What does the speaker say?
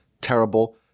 terrible